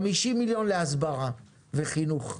50 מיליון להסברה וחינוך,